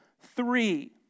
Three